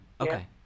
okay